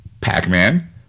Pac-Man